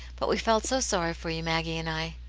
but we felt so sorry for you, maggie and i.